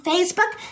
Facebook